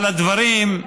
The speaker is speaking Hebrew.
אבל הדברים,